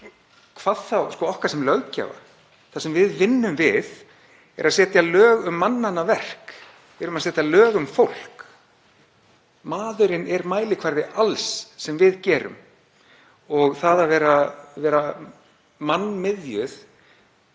hvað þá okkar sem löggjafa. Það sem við vinnum við er að setja lög um mannanna verk. Við erum að setja lög um fólk. Maðurinn er mælikvarði alls sem við gerum. Og það að vera mannmiðjuð